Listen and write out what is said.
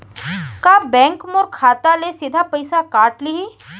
का बैंक मोर खाता ले सीधा पइसा काट लिही?